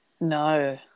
No